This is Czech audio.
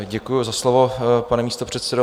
Děkuji za slovo, pane místopředsedo.